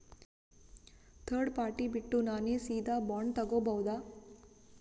Third party ಬಿಟ್ಟು ನಾನೇ ಸೀದಾ ಬಾಂಡ್ ತೋಗೊಭೌದಾ?